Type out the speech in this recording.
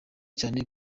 cyane